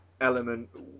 element